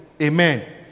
Amen